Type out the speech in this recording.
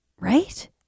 Right